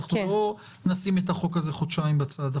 לא נשים את החוק הזה חודשיים בצד.